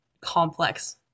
complex